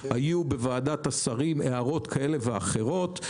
היו בוועדת השרים הערות כאלה ואחרות.